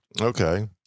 Okay